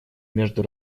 между